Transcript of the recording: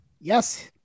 Yes